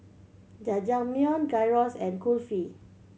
Jajangmyeon Gyros and Kulfi